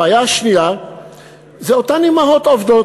הבעיה השנייה היא אותן אימהות עובדות.